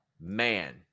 man